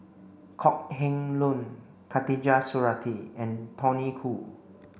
Kok Heng Leun Khatijah Surattee and Tony Khoo